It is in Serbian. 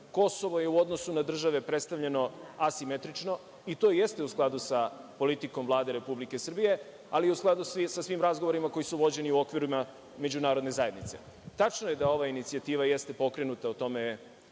Kosovo je, u odnosu na države, predstavljeno asimetrično, i to jeste u skladu sa politikom Vlade Republike Srbije, ali i u skladu i sa svim razgovorima koji su vođeni u okvirima međunarodne zajednice. Tačno je da ova inicijativa jeste pokrenuta, o tome